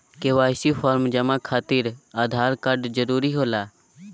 KYC form जमा खातिर Aadhaar card जरूरी होला?